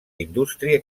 indústria